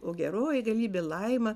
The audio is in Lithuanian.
o geroji dievybė laima